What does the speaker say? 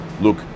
look